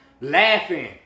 laughing